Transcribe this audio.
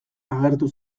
agertu